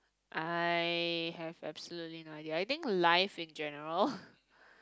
I have absolutely no idea I think life in general